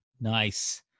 Nice